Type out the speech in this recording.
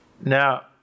Now